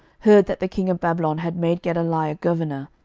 heard that the king of babylon had made gedaliah governor,